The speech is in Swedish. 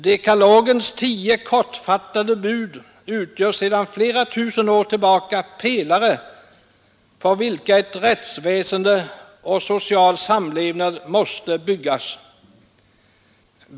Dekalogens tio kortfattade bud utgör sedan flera tusen år tillbaka pelare, på vilka ett rättsväsende och social samlevnad måste byggas.